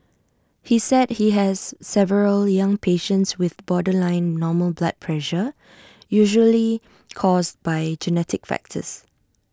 he said he has several young patients with borderline normal blood pressure usually caused by genetic factors